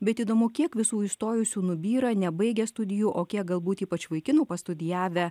bet įdomu kiek visų įstojusių nubyra nebaigę studijų o kiek galbūt ypač vaikinų pastudijavę